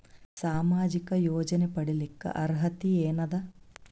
ಸಾಮಾಜಿಕ ಯೋಜನೆ ಪಡಿಲಿಕ್ಕ ಅರ್ಹತಿ ಎನದ?